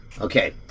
Okay